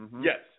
Yes